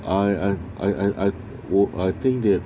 I I I I I 我 I think that